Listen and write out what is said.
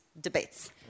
debates